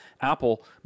Apple